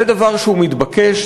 זה דבר שהוא מתבקש,